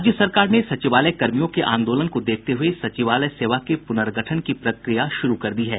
राज्य सरकार ने सचिवालय कर्मियों के आंदोलन को देखते हये सचिवालय सेवा के पुनर्गठन की प्रक्रिया शुरू कर दी है